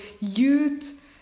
youth